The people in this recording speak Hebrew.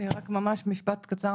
אני רוצה לומר רק ממש משפט קצר,